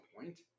point